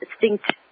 distinct